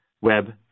web